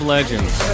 Legends